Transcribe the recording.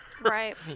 right